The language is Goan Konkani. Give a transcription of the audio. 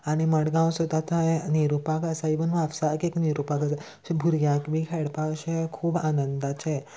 आनी मडगांव सुद्दां थंय नेहरू पार्क आसा इवन म्हापसाक एक नेहरु पार्क आसा सो भुरग्यांक बी खेळपा अशें खूब आनंदाचें